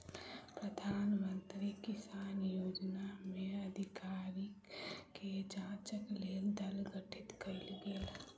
प्रधान मंत्री किसान योजना में अधिकारी के जांचक लेल दल गठित कयल गेल